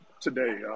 today